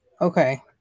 Okay